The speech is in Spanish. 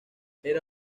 era